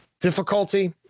difficulty